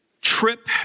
trip